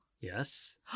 Yes